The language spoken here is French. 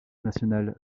national